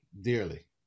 dearly